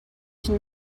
can